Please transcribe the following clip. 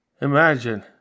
Imagine